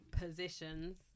positions